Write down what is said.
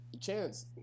Chance